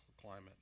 climate